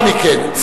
תודה.